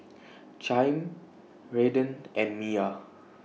Chaim Redden and Miya